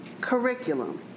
curriculum